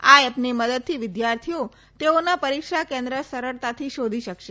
આ એપની મદદથી વિદ્યાર્થીઓ તેઓના પરીક્ષા કેન્દ્ર સરળતાથી શોધી શકશે